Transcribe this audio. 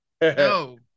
No